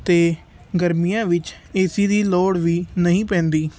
ਅਤੇ ਗਰਮੀਆਂ ਵਿੱਚ ਏ ਸੀ ਦੀ ਲੋੜ ਵੀ ਨਹੀਂ ਪੈਂਦੀ